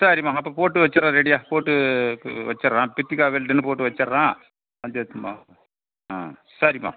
சரிம்மா அப்போ போட்டு வச்சுட்றேன் ரெடியாக போட்டு வச்சுட்றேன் ப்ரித்திகா வெல்டுன்னு போட்டு வச்சுட்றேன் வந்து எடுத்துகின்னு போங்க ஆ சரிம்மா